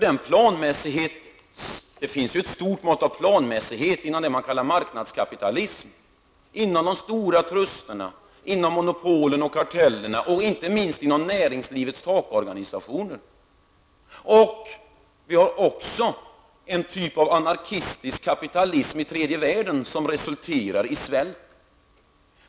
Det finns ju ett stort mått av planmässighet inom vad som kallas marknadskapitalism -- inom de stora trusterna, monopolen, kartellerna och, inte minst, näringslivets takorganisationer. Det finns också en typ av anarkistisk kapitalism i tredjevärlden som resulterar i svält.